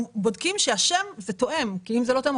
בודקים שהשם תואם כי אם זה לא תואם,